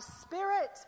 spirit